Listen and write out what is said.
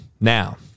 now